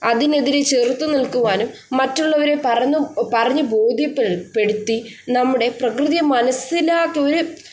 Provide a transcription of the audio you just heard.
അതിനെതിരെ ചെറുത്തു നിൽക്കുവാനും മറ്റുള്ളവരെ പറന്നു പറഞ്ഞു ബോധ്യപ്പെടുത്തി നമ്മുടെ പ്രകൃതിയെ മനസ്സിലാക്കി ഒരു